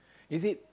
is it